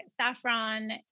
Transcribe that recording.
saffron